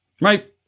right